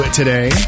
today